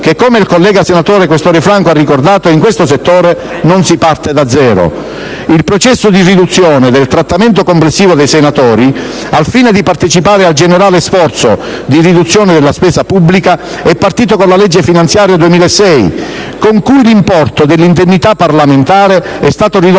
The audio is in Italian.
Il processo di riduzione del trattamento complessivo dei senatori al fine di partecipare al generale sforzo di riduzione della spesa pubblica è partito con la legge finanziaria 2006 (con cui l'importo dell'indennità parlamentare è stato ridotto